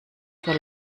für